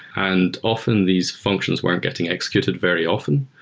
and often, these functions weren't getting executed very often.